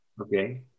Okay